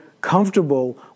comfortable